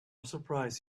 surprised